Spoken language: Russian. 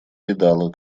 видала